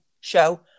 show